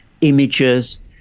images